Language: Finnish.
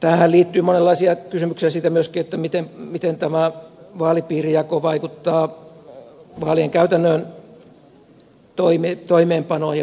tähän liittyy monenlaisia kysymyksiä myöskin siitä miten tämä vaalipiirijako vaikuttaa vaalien käytännön toimeenpanoon ja vaalikampanjoihin